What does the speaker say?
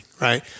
Right